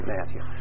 Matthew